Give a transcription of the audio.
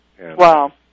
Wow